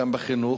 גם בחינוך,